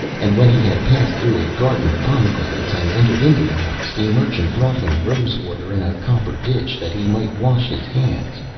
and when he had passed through a garden of pomegranates and entered into the house, the merchant brought him rose-water in a copper dish that he might wash his hands,